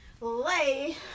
lay